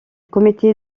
comité